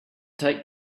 take